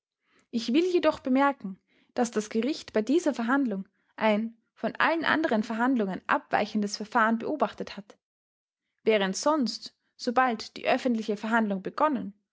ich will jedoch bemerken daß das gericht bei dieser verhandlung ein von allen anderen verhandlungen abweichendes verfahren beobachtet hat während sonst sobald die öffentliche verhandlung begonnen